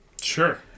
Sure